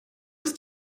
ist